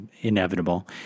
Inevitable